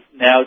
now